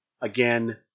Again